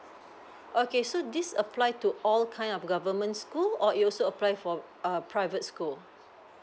okay so this applied to all kind of government school or it also apply for a private school